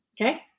Okay